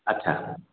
ଆଚ୍ଛା